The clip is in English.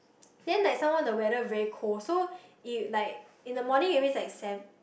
then like some more the weather very cold so if like in the morning always like seven